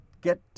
get